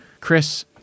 Chris